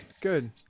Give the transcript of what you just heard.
Good